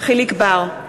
חיליק בר,